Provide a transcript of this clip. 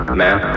man